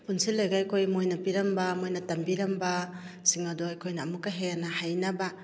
ꯄꯨꯟꯁꯤꯟꯂꯒ ꯑꯩꯈꯣꯏ ꯃꯣꯏꯟ ꯄꯤꯔꯝꯕ ꯇꯝꯕꯤꯔꯝꯕ ꯁꯤꯡ ꯑꯗꯣ ꯑꯩꯈꯣꯏꯅ ꯑꯃꯨꯛꯀ ꯍꯦꯟꯅ ꯍꯩꯅꯕ